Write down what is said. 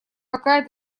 какая